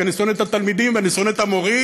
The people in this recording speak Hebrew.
כי אני שונא את התלמידים ואני שונא את המורים.